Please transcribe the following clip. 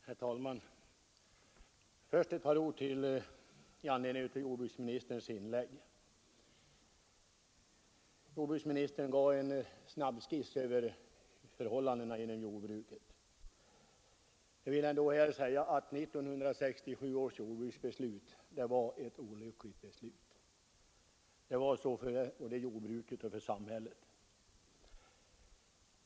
Herr talman! Först några ord i anledning av jordbruksministerns inlägg. Jordbruksministern gjorde en snabbskiss över förhållandena inom jordbruket. Jag vill då säga att 1967 års jordbruksbeslut var ett olyckligt beslut både för jordbruket och för samhället.